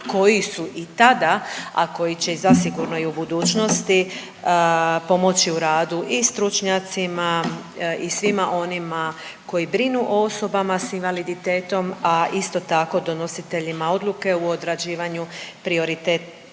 koji su i tada, a koji će i zasigurno i u budućnosti pomoći u radu i stručnjacima i svima onima koji brinu o osobama s invaliditetom, a isto tako donositeljima odluke o odrađivanju prioriteta